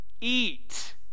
Eat